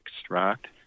extract